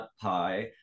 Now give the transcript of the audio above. pie